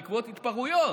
בעקבות התפרעויות,